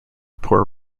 poor